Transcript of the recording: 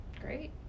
great